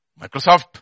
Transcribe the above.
Microsoft